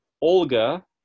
Olga